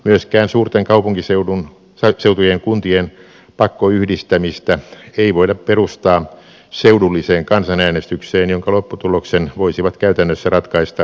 myöskään suurten kaupunkiseutujen kuntien pakkoyhdistämistä ei voida perustaa seudulliseen kansanäänestykseen jonka lopputuloksen voisivat käytännössä ratkaista keskuskaupungin asukkaat